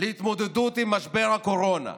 להתמודדות עם משבר הקורונה,